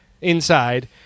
inside